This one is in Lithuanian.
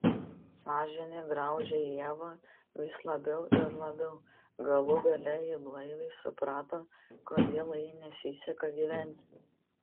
sąžinė graužė ievą vis labiau ir labiau galų gale ji blaiviai suprato kodėl jai nesiseka gyventi